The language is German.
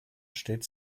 steht